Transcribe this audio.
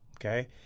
okay